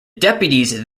deputies